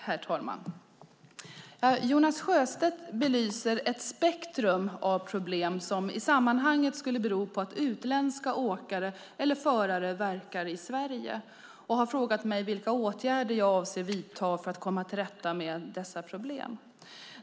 Herr talman! Jonas Sjöstedt belyser ett spektrum av problem som i sammanhanget skulle bero på att utländska åkare eller förare verkar i Sverige och har frågat mig vilka åtgärder jag avser att vidta för att komma till rätta med dessa problem.